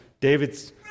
David's